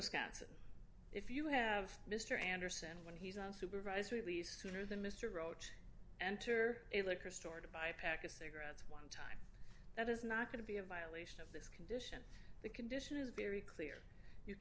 wisconsin if you have mr anderson when he's on supervised release sooner than mr roach enter a liquor store to buy a pack of cigarettes one time that is not going to be a violation of this condition the condition is very clear you